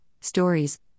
stories